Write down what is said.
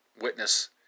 witness